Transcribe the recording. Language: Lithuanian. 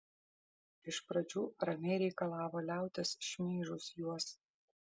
iš pradžių ramiai reikalavo liautis šmeižus juos